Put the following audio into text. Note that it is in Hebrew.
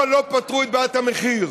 אבל לא פתרו את בעיית המחיר.